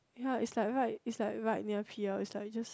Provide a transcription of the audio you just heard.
ya like it's like right it's like right near here it's like this